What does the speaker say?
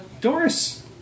Doris